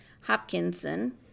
Hopkinson